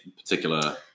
particular